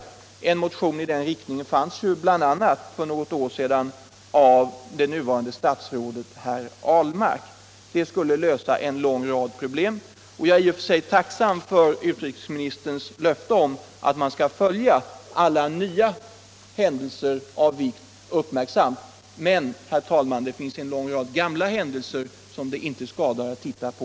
För något år sedan fanns det ju bl.a. en motion med det yrkandet av nuvarande statsrådet herr Ahlmark. På så sätt skulle en lång rad av problem lösas. I och för sig är jag tacksam för utrikesministerns löfte om att man uppmärksamt skall följa alla nya händelser av vikt, men, herr talman, det finns en lång rad gamla händelser som det inte heller skadar att titta på.